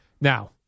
Now